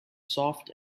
soft